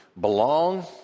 belong